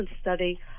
study